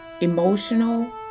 emotional